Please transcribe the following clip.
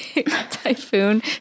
typhoon